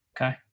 Okay